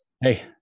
Hey